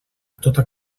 tota